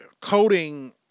coding